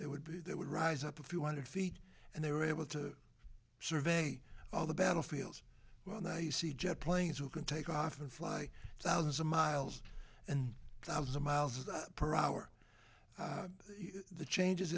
that would be that would rise up a few hundred feet and they were able to survey all the battle fields well now you see jet planes who can take off and fly thousands of miles and thousands of miles per hour the changes